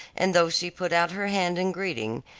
and though she put out her hand in greeting,